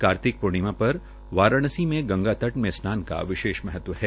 कार्तिक पूर्णिमा पर वाराणसी में गंगा तट में स्नार का विशेष महत्व है